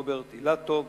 רוברט אילטוב,